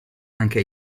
anche